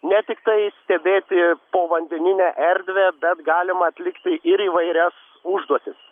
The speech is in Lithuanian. ne tiktai stebėti povandeninę erdvę bet galima atlikti ir įvairias užduotis